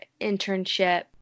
internship